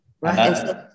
right